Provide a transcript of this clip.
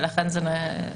ולכן זה מעוקל.